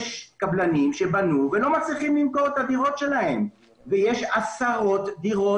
יש קבלנים שבנו ולא מצליחים למכור את הדירות שלהם ויש עשרות דירות